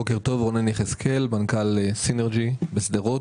בוקר טוב, רונן יחזקאל, מנכ"ל סינרג'י בשדרות.